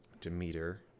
Demeter